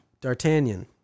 D'Artagnan